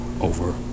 over